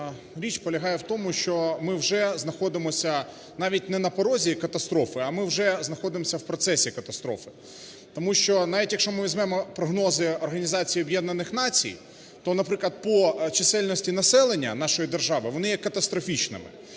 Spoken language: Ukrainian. річ полягає в тому, що ми вже знаходимося навіть не на порозі катастрофи, а ми вже знаходимося в процесу катастрофи. Тому що навіть якщо ми візьмемо прогнози Організації Об'єднаних Націй, то, наприклад, по чисельності населення нашої держави, вони є катастрофічними.